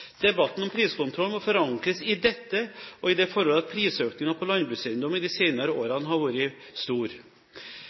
Debatten om priskontroll må forankres i dette og i det forhold at prisøkningen på landbrukseiendom i de senere årene har vært stor.